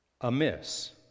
amiss